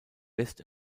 west